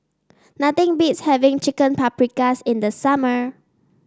nothing beats having Chicken Paprikas in the summer